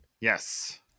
yes